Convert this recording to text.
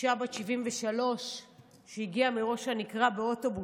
אישה בת 73 שהגיעה מראש הנקרה באוטובוס.